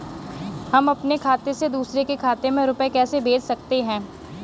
हम अपने खाते से दूसरे के खाते में रुपये कैसे भेज सकते हैं?